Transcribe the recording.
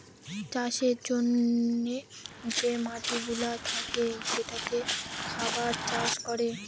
চাষের জন্যে যে মাটিগুলা থাকে যেটাতে খাবার চাষ করে